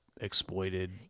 exploited